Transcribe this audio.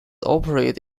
operate